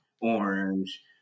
orange